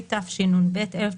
התשנ"ב 1992,